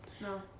no